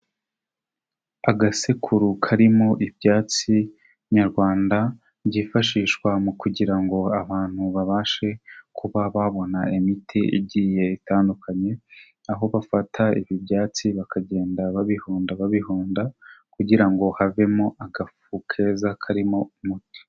Agasekuru karimo ibyatsi nyarwanda byifashishwa mu kugira ngo abantu babashe kuba babona imiti igiye itandukanye aho bafata ibi ibyatsi bakagenda babihonda babihonda kugira ngo havemo agafu keza karimo umuti.